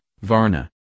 Varna